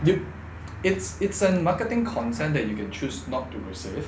yo~ it's it's a marketing concern that you can choose not to resist